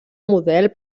model